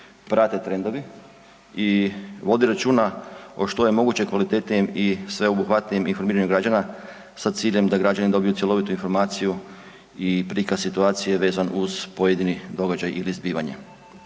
prate trendovi i vodi računa o što je moguće kvalitetnijem i sveobuhvatnijem informiranju građana sa ciljem da građani dobiju cjelovitu informaciju i prikaz situacije vezan uz pojedini događaj ili zbivanje.